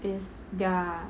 is their